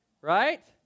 right